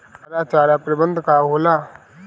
हरा चारा प्रबंधन का होला?